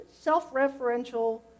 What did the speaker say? self-referential